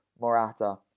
Morata